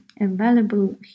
available